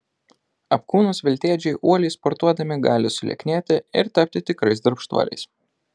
apkūnūs veltėdžiai uoliai sportuodami gali sulieknėti ir tapti tikrais darbštuoliais